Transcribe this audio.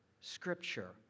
scripture